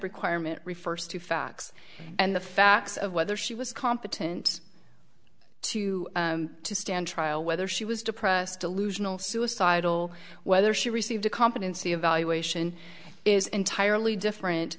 requirement refers to facts and the facts of whether she was competent to stand trial whether she was depressed delusional suicidal whether she received a competency evaluation is entirely different